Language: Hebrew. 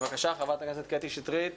חברת הכנסת קטי שטרית בבקשה.